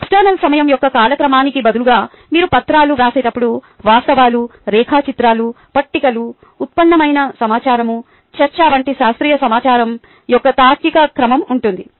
ఇంటర్నల్సమయం యొక్క కాలక్రమానికి బదులుగా మీరు పత్రాలు వ్రాసేటప్పుడు వాస్తవాలు రేఖాచిత్రాలు పట్టికలు ఉత్పన్నమైన సమాచారం చర్చ వంటి శాస్త్రీయ సమాచారం యొక్క తార్కిక క్రమం ఉంటుంది